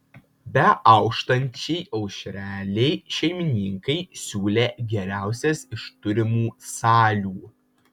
beauštančiai aušrelei šeimininkai siūlė geriausias iš turimų salių